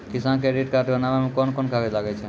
किसान credit card बनाबै मे कोन कोन कागज लागै छै?